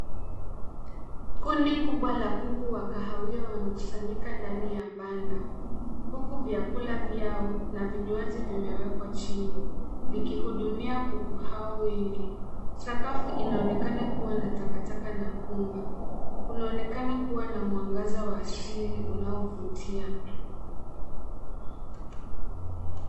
Kundi kubwa la kuku wa kahawia wamekusanyika ndani ya banda huku vyakula vyao na vinywaji vimewekwa chini vikihudumia kuku hao wengi. Sakafu inaonekana kuwa na takataka na pumba. Kunaonekana kuwa na mwangaza wa asili unaovutia.